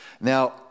Now